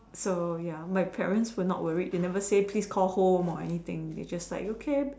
so ya my parents were not worried they never say please call home or anything they just like okay